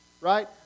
right